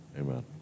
Amen